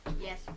Yes